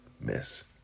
miss